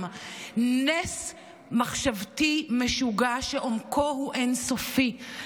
נס מחשבתי משוגע שעומקו הוא אין-סופי.